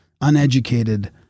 uneducated